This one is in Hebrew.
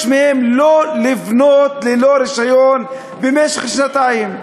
מהם לא לבנות ללא רישיון במשך שנתיים.